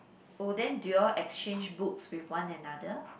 oh then do you all exchange books with one another